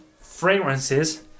fragrances